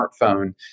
smartphone